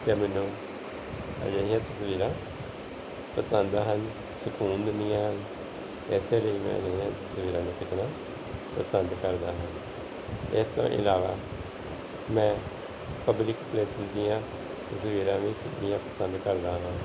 ਕਿ ਮੈਨੂੰ ਅਜਿਹੀਆਂ ਤਸਵੀਰਾਂ ਪਸੰਦ ਹਨ ਸਕੂਨ ਦਿੰਦਿਆਂ ਹਨ ਇਸੇ ਲਈ ਮੈਂ ਅਜਿਹੀਆਂ ਤਸਵੀਰਾਂ ਨੂੰ ਖਿੱਚਣਾ ਪਸੰਦ ਕਰਦਾ ਹਾਂ ਇਸ ਤੋਂ ਇਲਾਵਾ ਮੈਂ ਪਬਲਿਕ ਪਲੇਸਿਸ ਦੀਆਂ ਤਸਵੀਰਾਂ ਵੀ ਖਿੱਚਣੀਆਂ ਪਸੰਦ ਕਰਦਾ ਹਾਂ